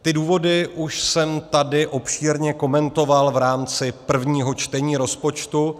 Ty důvody už jsem tady obšírně komentoval v rámci prvního čtení rozpočtu.